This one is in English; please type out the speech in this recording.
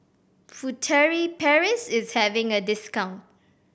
Furtere Paris is having a discount